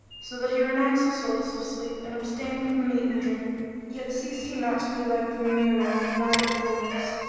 so that he renounced the solace of sleep and abstained from meat and drink yet ceased he not to be like the moon on the night of fullness.